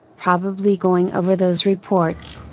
probably going over those reports,